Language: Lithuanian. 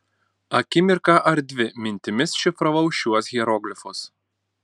akimirką ar dvi mintimis šifravau šiuos hieroglifus